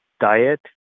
diet